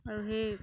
আৰু সেই